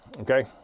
Okay